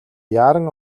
яаран